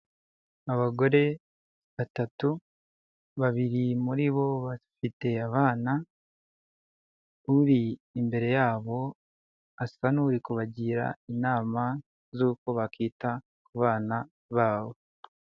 Abagore batatu babiri muri bo bafi abana, uri imbere yabo asa n'uri kubagira inama z'uko bakita ku bana babo.